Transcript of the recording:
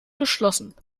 geschlossen